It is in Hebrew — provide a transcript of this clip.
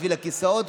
בשביל הכיסאות,